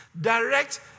direct